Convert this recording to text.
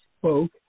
spoke